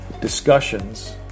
discussions